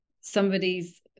somebody's